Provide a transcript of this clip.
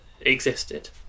existed